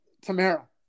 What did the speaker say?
Tamara